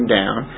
down